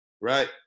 right